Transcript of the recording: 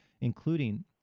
including